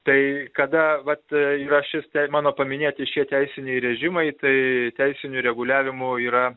tai kada vat yra šis tei mano paminėti šie teisiniai režimai tai teisiniu reguliavimu yra